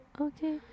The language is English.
okay